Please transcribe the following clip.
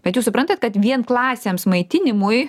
bet jūs suprantat kad vien klasėms maitinimui